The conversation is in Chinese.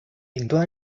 顶端